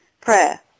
prayer